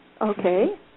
Okay